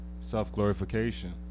self-glorification